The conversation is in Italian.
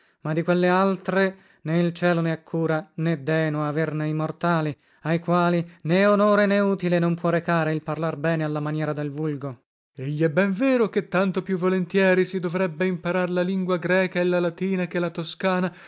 ma di quelle altre né il cielo ne ha cura né deeno averne i mortali ai quali né onore né utile non può recare il parlar bene alla maniera del vulgo bem eglè ben vero che tanto più volentieri si doverebbe imparar la lingua greca e la latina che la toscana